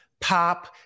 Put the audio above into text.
pop